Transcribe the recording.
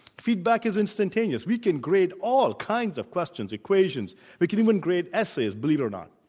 feedback is instantaneous. we can grade all kinds of questions, equations we can even grade essays, believe it or not.